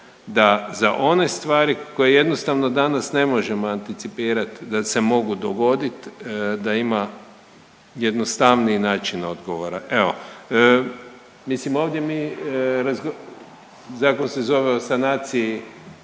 da za one stvari koje jednostavno danas ne možemo anticipirat da se mogu dogodit da ima jednostavniji način odgovora. Evo mislim ovdje mi, zakon se zove o sanaciji